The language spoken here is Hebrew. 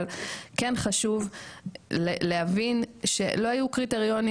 אבל כן חשוב להבין שלא היו קריטריונים